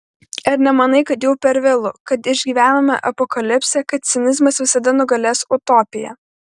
ar nemanai kad jau per vėlu kad išgyvename apokalipsę kad cinizmas visada nugalės utopiją